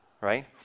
right